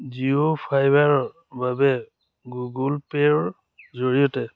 জিঅ' ফাইবাৰৰ বাবে গুগল পে'ৰ জৰিয়তে